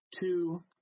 two